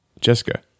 Jessica